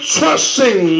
trusting